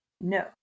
no